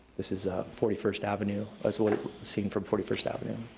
this is forty first avenue, as seen from forty first avenue. and